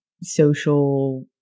social